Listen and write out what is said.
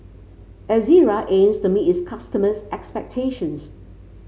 Ezerra aims to meet its customers' expectations